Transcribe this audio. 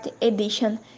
edition